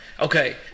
Okay